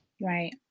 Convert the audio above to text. Right